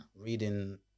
reading